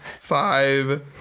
five